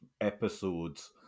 episodes